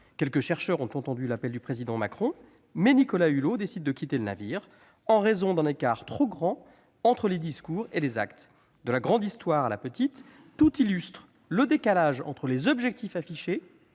Quelques chercheurs ont entendu l'appel du président Macron, mais Nicolas Hulot décide de quitter le navire, en raison d'un écart trop grand entre les discours et les actes. De la grande histoire à la petite, tout illustre le décalage entre les objectifs affichés